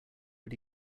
but